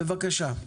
בבקשה.